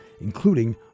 including